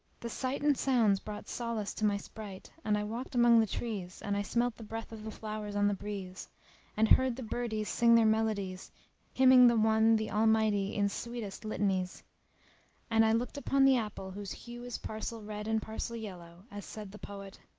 the sight and sounds brought solace to my sprite and i walked among the trees, and i smelt the breath of the flowers on the breeze and heard the birdies sing their melodies hymning the one, the almighty in sweetest litanies and i looked upon the apple whose hue is parcel red and parcel yellow as said the poet